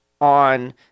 on